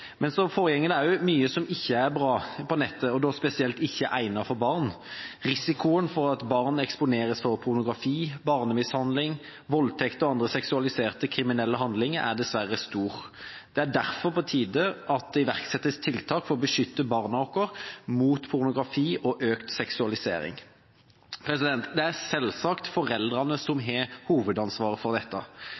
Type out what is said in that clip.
Men det foregår også mye som ikke er bra på nettet, og som da spesielt ikke er egnet for barn. Risikoen for at barn eksponeres for pornografi, barnemishandling, voldtekter og andre seksualiserte kriminelle handlinger, er dessverre stor. Det er derfor på tide at det iverksettes tiltak for å beskytte barna våre mot pornografi og økt seksualisering. Det er selvsagt foreldrene som har hovedansvaret. De har, og vil alltid ha, det viktigste ansvaret for